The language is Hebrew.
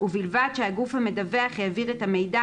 ובלבד שהגוף המדווח העביר את המידע,